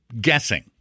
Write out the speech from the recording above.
guessing